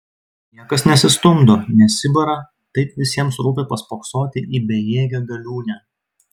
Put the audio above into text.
niekas nesistumdo nesibara taip visiems rūpi paspoksoti į bejėgę galiūnę